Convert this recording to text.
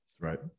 Right